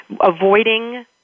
avoiding